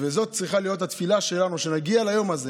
וזאת צריכה להיות התפילה שלנו: שנגיע ליום הזה